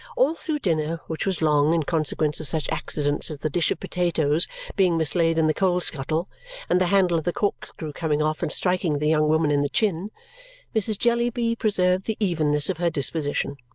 all through dinner which was long, in consequence of such accidents as the dish of potatoes being mislaid in the coal skuttle and the handle of the corkscrew coming off and striking the young woman in the chin mrs. jellyby preserved the evenness of her disposition.